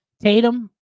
Tatum